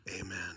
Amen